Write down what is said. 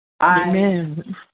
Amen